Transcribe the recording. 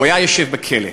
הוא היה יושב בכלא.